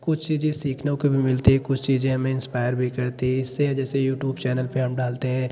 कुछ चीज़ें सीखने को भी मिलती है कुछ चीज़ें हमें इंस्पायर भी करती है इससे जैसे युटुब चैनल पर हम डालते हैं